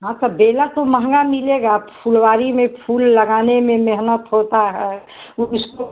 हाँ सर बेला को महंगा मिलेगा फुलवारी में फूल लगाने में मेहनत होता है ऊ उसको